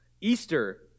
Easter